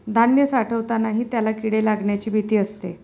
धान्य साठवतानाही त्याला किडे लागण्याची भीती असते